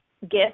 gift